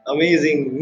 Amazing